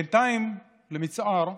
בינתיים, למצער,